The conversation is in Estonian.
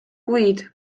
kuid